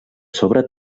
sobre